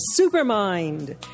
Supermind